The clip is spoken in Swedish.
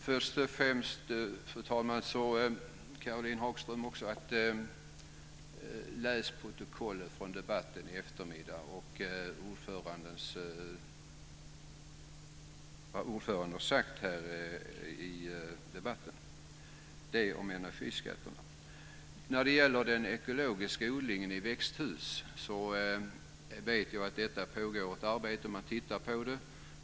Fru talman! Först och främst, Caroline Hagström: Läs protokollet från debatten i eftermiddag och vad ordföranden har sagt i debatten. Detta om energiskatterna. När det gäller den ekologiska odlingen i växthus vet jag att det pågår ett arbete. Man tittar på det.